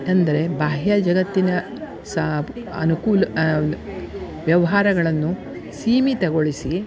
ಅಂದರೆ ಬಾಹ್ಯ ಜಗತ್ತಿನ ಸಾಬ್ ಅನುಕೂಲ ವ್ಯವಹಾರಗಳನ್ನು ಸೀಮಿತಗೊಳಿಸಿ